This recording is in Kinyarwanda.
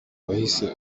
wahise